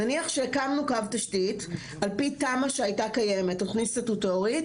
נניח שהקמנו קו תשתית על פי תמ״א שהייתה קיימת ועל פי תוכנית סטטוטורית,